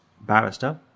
barrister